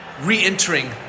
re-entering